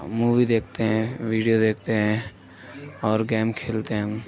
movie دیکھتے ہیں video دیکھتے ہیں اور گیم کھیلتے ہیں ہم